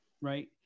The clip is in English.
Right